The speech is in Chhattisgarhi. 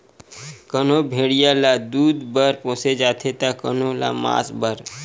कोनो भेड़िया ल दूद बर पोसे जाथे त कोनो ल मांस बर